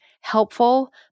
helpful